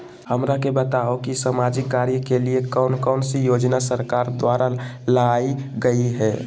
हमरा के बताओ कि सामाजिक कार्य के लिए कौन कौन सी योजना सरकार द्वारा लाई गई है?